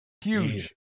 Huge